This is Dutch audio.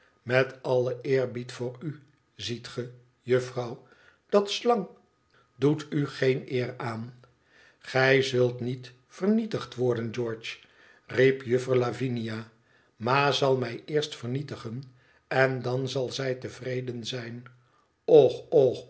met allen eerbied voor u ziet ge juffrouw dat slang doe u geen eer aan gij zult niet vernietigd worden george riep jufier lavinia ma zal mij eerst vernietigen en dan zal zij tevreden zijn och och